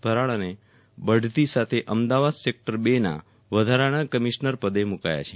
ભરાડાને બઢતી સાથે અમદાવાદ સેક્ટર રના વધારાના કમિશ્નર પદે મુકાયા છે